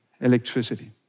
electricity